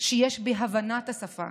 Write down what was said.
שיש בהבנת השפה